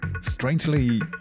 strangely